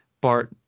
bart